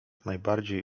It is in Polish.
najbardziej